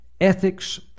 ethics